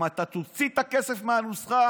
אם אתה תוציא את הכסף מהנוסחה,